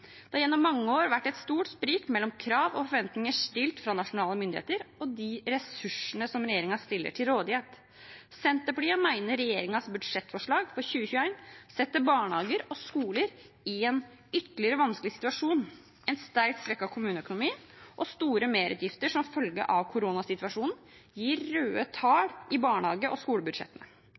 Det har gjennom mange år vært et stort sprik mellom krav og forventninger stilt av nasjonale myndigheter og de ressursene som regjeringen stiller til rådighet. Senterpartiet mener regjeringens budsjettforslag for 2021 setter barnehager og skoler i en ytterligere vanskelig situasjon. En sterkt svekket kommuneøkonomi og store merutgifter som følge av koronasituasjonen gir røde tall i barnehage- og skolebudsjettene.